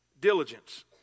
Diligence